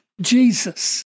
Jesus